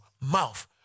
mouth